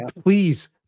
Please